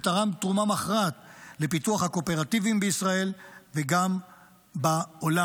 ותרם תרומה מכרעת לפיתוח הקואופרטיבים בישראל וגם בעולם.